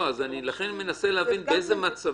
לא משנה מה.